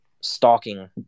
stalking